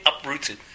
uprooted